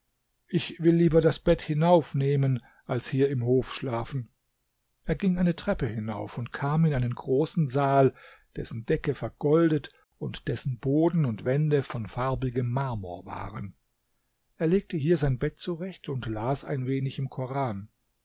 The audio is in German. ich will lieber das bett hinaufnehmen als hier im hof schlafen er ging eine treppe hinauf und kam in einen großen saal dessen decke vergoldet und dessen boden und wände von farbigem marmor waren er legte hier sein bett zurecht und las ein wenig im koran